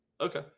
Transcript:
Okay